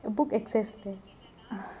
book excess then